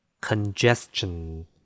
Congestion